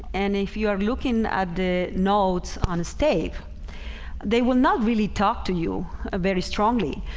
and if you are looking at the notes on stave they will not really talk to you ah very strongly.